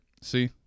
See